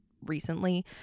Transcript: recently